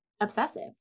obsessive